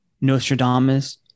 Nostradamus